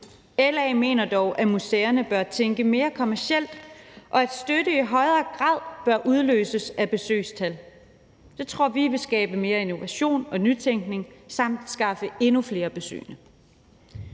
LA mener dog, at museerne bør tænke mere kommercielt, og at støtte i højere grad bør udløses af besøgstal. Det tror vi vil skabe mere innovation og nytænkning og skaffe endnu flere besøgende.